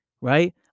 right